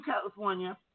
California